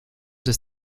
des